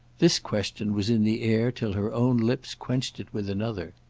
this question was in the air till her own lips quenched it with another.